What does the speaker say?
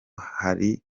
hari